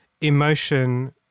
emotion